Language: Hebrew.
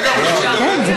באמת, זאת